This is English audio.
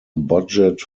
budget